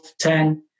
ten